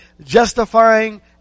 justifying